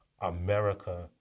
America